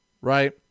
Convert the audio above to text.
right